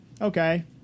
Okay